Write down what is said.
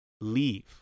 leave